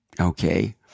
Okay